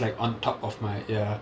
it's like on top of my ya